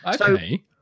Okay